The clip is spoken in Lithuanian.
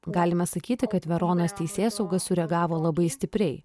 galima sakyti kad veronos teisėsauga sureagavo labai stipriai